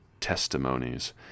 testimonies